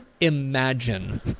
imagine